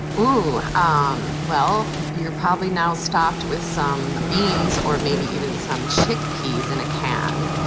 ooh. um well, you're probably now stocked with some beans or maybe even some chickpeas in a can.